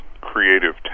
creative